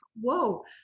whoa